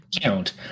count